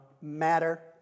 matter